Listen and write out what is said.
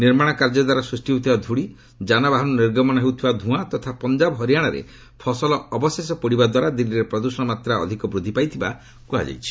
ନିର୍ମାଣ କାର୍ଯ୍ୟଦ୍ୱାରା ସୃଷ୍ଟି ହେଉଥିବା ଧୂଳି ଯାନବାହନରୁ ନିର୍ଗମନ ଧୃଆଁ ତଥା ପଞ୍ଜାବ ହରିୟାଣାରେ ଫସଲ ଅବଶେଷ ପୋଡ଼ିବାଦ୍ୱାରା ଦିଲ୍ଲୀରେ ପ୍ରଦୃଷଣ ମାତ୍ର ଅଧିକ ବୃଦ୍ଧି ପାଇଥିବା କୁହାଯାଇଛି